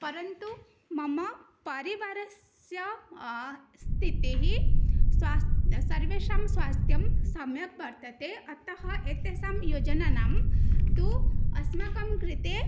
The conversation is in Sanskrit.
परन्तु मम परिवारस्य स्थितिः स्वास् सर्वेषां स्वास्थ्यं सम्यक् वर्तते अतः एतासां योजनानां तु अस्माकं कृते